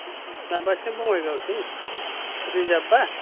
माबासिम बङाइगावसिम रिजार्भ ब्ला